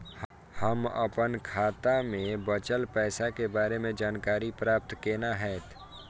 हम अपन खाता में बचल पैसा के बारे में जानकारी प्राप्त केना हैत?